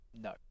no